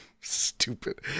stupid